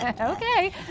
Okay